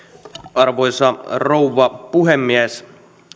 arvoisa rouva puhemies